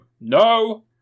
No